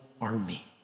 army